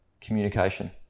communication